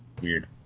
Weird